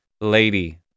Lady